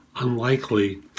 unlikely